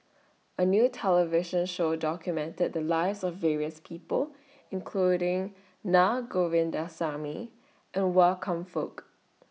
A New television Show documented The Lives of various People including Na Govindasamy and Wan Kam Fook